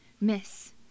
miss